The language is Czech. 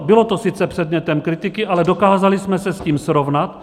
Bylo to sice předmětem kritiky, ale dokázali jsme se s tím srovnat.